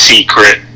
Secret